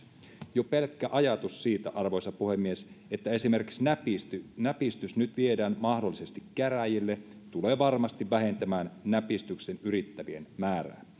jo pelkkä ajatus siitä arvoisa puhemies että esimerkiksi näpistys näpistys nyt viedään mahdollisesti käräjille tulee varmasti vähentämään näpistystä yrittävien määrää